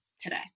today